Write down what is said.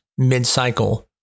mid-cycle